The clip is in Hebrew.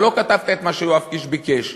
אבל לא כתבת את מה שיואב קיש ביקש,